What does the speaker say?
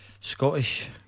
Scottish